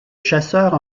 chasseurs